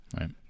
right